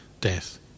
death